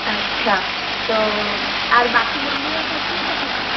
আচ্ছা তো আর বাকি বন্ধুরা সব ঠিক আছে না